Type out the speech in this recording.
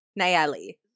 Nayeli